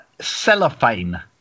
Cellophane